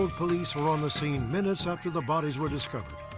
and police were on the scene minutes after the bodies were discovered.